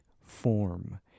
form